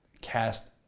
cast